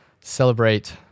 celebrate